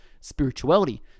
spirituality